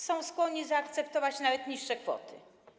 Są skłonni zaakceptować nawet niższe kwoty.